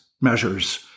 measures